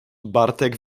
bartek